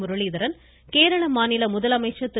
முரளீதரன் கேரள மாநில முதலமைச்சர் திரு